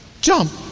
jump